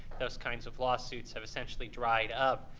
those kinds of lawsuits have essentially dried up.